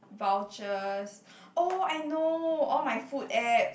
vouchers oh I know all my food apps